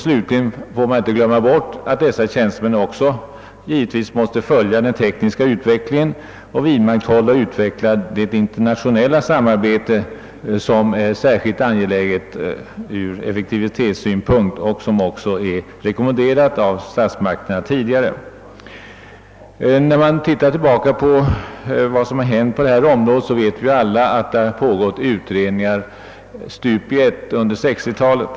Slutligen får man inte glömma att dessa tjänstemän givetvis också måste följa den tekniska utvecklingen samt vidmakthålla och utveckla det internationella samarbete som är särskilt angeläget ur effektivitetssynpunkt och som också tidigare har rekommenderats av statsmakterna. Ser man tillbaka på vad som har hänt på detta område finner man att många utredningar har arbetat under 1960 talet.